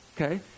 okay